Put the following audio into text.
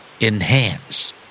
Enhance